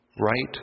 right